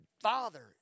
father